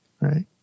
right